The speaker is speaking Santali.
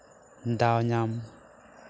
ᱫᱟᱣ ᱧᱟᱢ